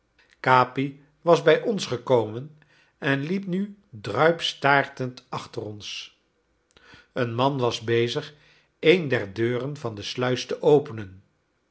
capi was bij ons gekomen en liep nu druipstaartend achter ons een man was bezig een der deuren van de sluis te openen